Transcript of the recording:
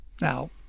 now